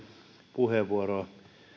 puheenvuoroja